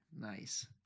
Nice